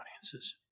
audiences